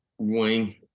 Wing